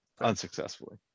unsuccessfully